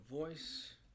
voice